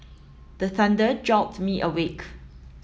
the thunder jolt me awake